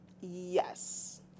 Yes